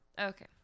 Okay